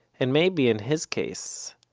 and maybe, in his case,